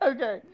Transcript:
Okay